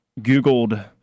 Googled